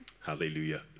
Hallelujah